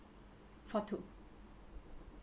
for two